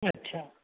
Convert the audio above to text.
अछा